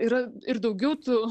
yra ir daugiau tų